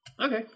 Okay